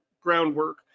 groundwork